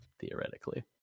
Theoretically